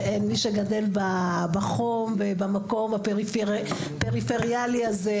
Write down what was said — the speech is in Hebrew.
שמי שגדל בחום ובמקום הפריפריאלי הזה,